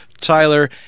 Tyler